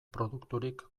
produkturik